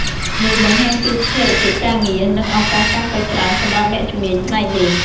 នេះបង្ហាញពីស្ថិរភាពការងារ និងឱកាសកាន់តែច្រើនសម្រាប់អ្នកជំនាញផ្នែកនេះ។